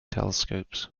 telescopes